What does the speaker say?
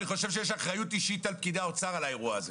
אני חושב שיש אחריות אישית לפקידי האוצר על האירוע הזה.